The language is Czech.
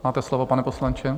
Máte slovo, pane poslanče.